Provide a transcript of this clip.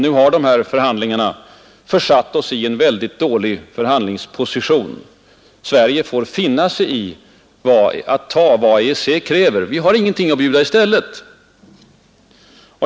Nu har dessa förhandlingar försatt oss i en väldigt dålig förhandlingsposition. Sverige får finna sig i att ta vad EEC erbjuder. Vi har ingenting att bjuda i stället.